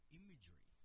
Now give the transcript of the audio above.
imagery